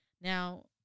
Now